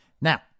Now